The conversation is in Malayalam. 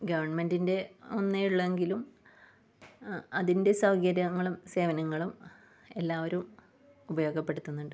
ഗവൺമെന്റിൻ്റെ ഒന്നേയുള്ളൂ എങ്കിലും അതിൻ്റെ സൗകര്യങ്ങളും സേവനങ്ങളും എല്ലാവരും ഉപയോഗപ്പെടുത്തുന്നുണ്ട്